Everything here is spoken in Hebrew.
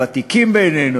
הוותיקים בינינו,